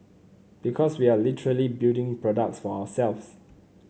because we are literally building products for ourselves